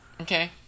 Okay